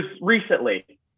recently